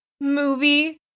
movie